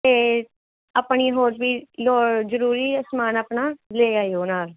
ਅਤੇ ਆਪਣੀ ਹੋਰ ਵੀ ਜੋ ਜ਼ਰੂਰੀ ਸਮਾਨ ਆਪਣਾ ਲੈ ਆਇਓ ਨਾਲ਼